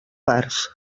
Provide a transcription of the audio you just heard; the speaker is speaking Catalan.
parts